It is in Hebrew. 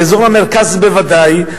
באזור המרכז בוודאי,